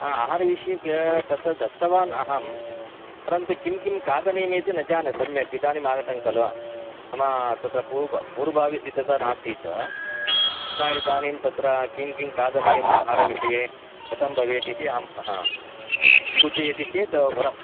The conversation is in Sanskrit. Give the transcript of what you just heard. आ आहारविषये तत् दत्तवान् अहं परन्तु किं किं खादनीयम् इति न जाने सम्यक् इदानीम् आगतं खलु नाम तत्र पूर्व पूर्वभाविसिद्धता नासीत् तथा इदानीं तत्र किं किं खादनीयम् आहारविषये कथं भवेत् इति अहं ह सूचयति चेत् वरं